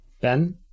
Ben